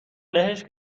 لهش